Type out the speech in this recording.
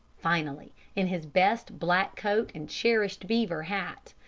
finally, in his best black coat and cherished beaver hat,